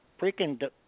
freaking